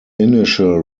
initial